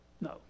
no